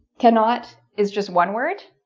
cannot is just one word.